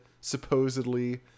supposedly